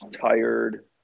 tired